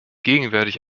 gegenwärtig